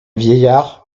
vieillard